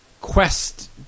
quest